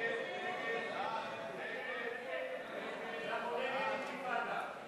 אנחנו עוברים בלי אינתיפאדה.